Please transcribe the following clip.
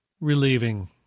Relieving